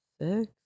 six